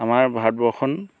আমাৰ ভাৰতবৰ্ষখন